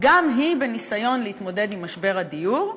גם היא בניסיון להתמודד עם משבר הדיור.